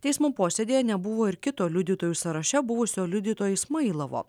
teismo posėdyje nebuvo ir kito liudytojų sąraše buvusio liudytojo ismailovo